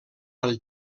pel